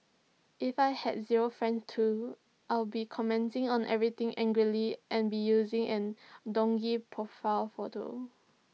if I had zero friends too I'd be commenting on everything angrily and be using an dodgy profile photo